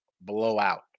blowout